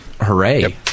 Hooray